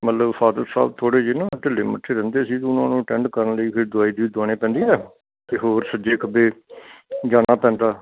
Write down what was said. ਮਤਲਬ ਫਾਦਰ ਸਾਹਿਬ ਥੋੜ੍ਹੇ ਜਿਹੇ ਨਾ ਢਿੱਲੇ ਮੱਠੇ ਰਹਿੰਦੇ ਸੀ ਅਤੇ ਉਹਨਾਂ ਨੂੰ ਅਟੈਂਡ ਕਰਨ ਲਈ ਫਿਰ ਦਵਾਈ ਦਵੁਈ ਦਵਾਉਣੀ ਪੈਂਦੀ ਆ ਅਤੇ ਹੋਰ ਸੱਜੇ ਖੱਬੇ ਜਾਣਾ ਪੈਂਦਾ